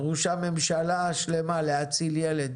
דרושה ממשלה שלמה להציל ילד